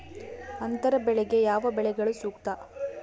ಅಂತರ ಬೆಳೆಗೆ ಯಾವ ಬೆಳೆಗಳು ಸೂಕ್ತ?